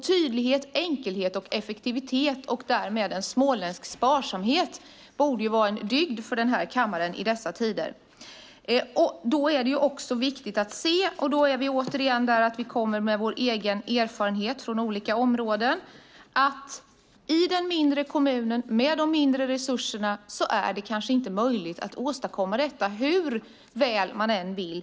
Tydlighet, enkelhet och effektivitet, och därmed en småländsk sparsamhet, borde vara en dygd för den här kammaren i dessa tider. Vi kommer med våra egna erfarenheter från olika områden, och det är viktigt att se att i den mindre kommunen med de mindre resurserna är det kanske inte möjligt att åstadkomma detta hur väl man än vill.